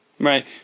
Right